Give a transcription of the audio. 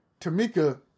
Tamika